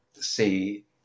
see